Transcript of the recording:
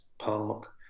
park